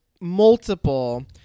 multiple